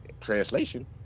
translation